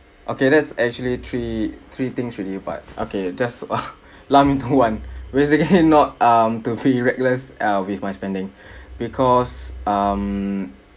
okay there's actually three three things really but okay just lump into one basically not um to be reckless with uh my spending because um